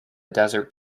desert